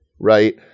right